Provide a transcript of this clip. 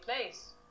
place